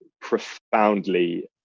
profoundly